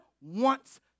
wants